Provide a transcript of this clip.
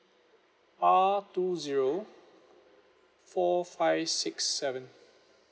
R two zero four five six seven